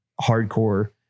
hardcore